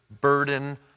burden